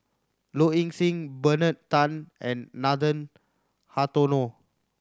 Low Ing Sing Bernard Tan and Nathan Hartono